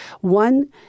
One